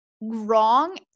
wrong